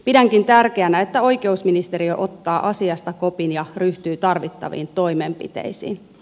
pidänkin tärkeänä että oikeusministeriö ottaa asiasta kopin ja ryhtyy tarvittaviin toimenpiteisiin